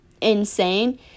insane